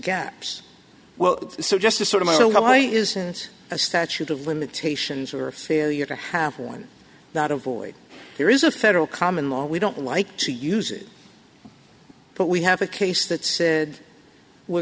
gaps well so just a sort of i don't know why isn't a statute of limitations or a failure to have one not avoid here is a federal common law we don't like to use it but we have a case that said we're